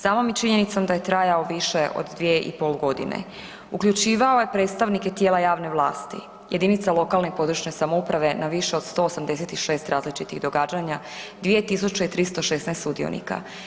Samom i činjenicom da je trajao više od 2 i pol godine uključivao je predstavnike tijela javne vlasti, jedinice lokalne i područne (samouprave) na više od 186 različitih događanja, 2316 sudionika.